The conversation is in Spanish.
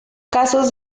casos